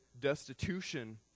destitution